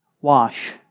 wash